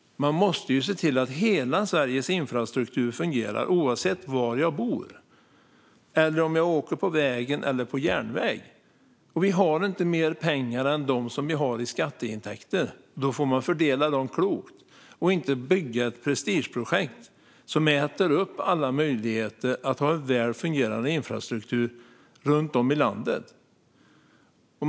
Man måste se till att hela Sveriges infrastruktur fungerar. Den ska fungera oavsett var jag bor och oavsett om jag åker på väg eller järnväg. Vi har inte mer pengar än dem vi har i skatteintäkter, och därför får man fördela dem klokt och inte bygga ett prestigeprojekt som äter upp alla möjligheter att ha en väl fungerande infrastruktur runt om i landet.